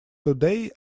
today